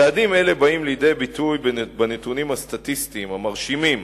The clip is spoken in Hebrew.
צעדים אלה באים לידי ביטוי בנתונים הסטטיסטיים המרשימים